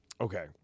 Okay